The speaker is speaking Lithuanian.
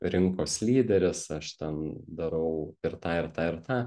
rinkos lyderis aš ten darau ir tą ir tą ir tą